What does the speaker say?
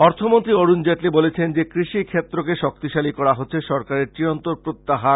অর্থমন্ত্রী অরুন জেটলী বলেছেন যে কৃষি ক্ষেত্রকে শক্তিশালী করা হচ্ছে সরকারের চিরন্তর প্রত্যাহ্বান